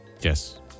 Yes